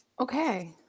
Okay